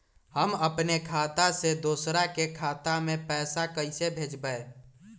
हम अपने खाता से दोसर के खाता में पैसा कइसे भेजबै?